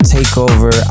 Takeover